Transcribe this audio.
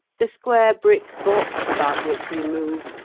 the square brick box about which we move,